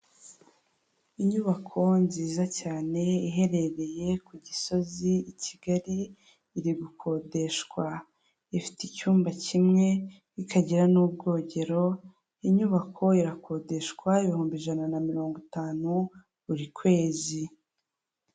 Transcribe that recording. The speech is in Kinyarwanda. Inyubako nziza cyane iherereye ku Gisozi i Kigali iri gukodeshwa, ifite icyumba kimwe ikagira n'ubwogero, inyubako irakodeshwa ibihumbi ijana na mirongo itanu buri kwezi.